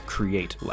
Create